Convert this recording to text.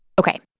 ok.